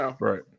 Right